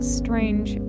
strange